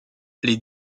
les